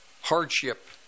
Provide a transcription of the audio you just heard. hardship